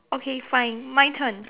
okay fine my turn